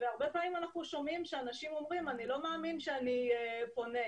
הרבה פעמים אנחנו שומעים שאנשים אומרים: אני לא מאמין שאני פונה,